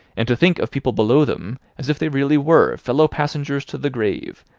and to think of people below them as if they really were fellow-passengers to the grave,